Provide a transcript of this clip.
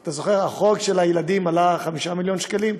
אתה זוכר, החוק של הילדים עלה 5 מיליון שקלים.